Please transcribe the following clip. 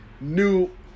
new